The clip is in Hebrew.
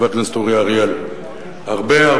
חבר הכנסת אורי אריאל.